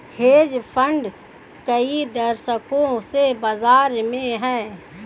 hedge fund कई दशकों से बाज़ार में हैं